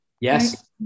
Yes